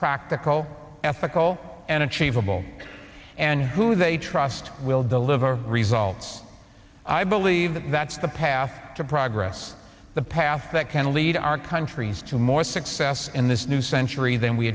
practical ethical and achievable and who they trust will deliver results i believe that's the path to progress the path that can lead our countries to more success in this new century than we